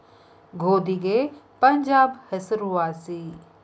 ಗೋಧಿಗೆ ಪಂಜಾಬ್ ಹೆಸರು ವಾಸಿ